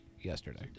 yesterday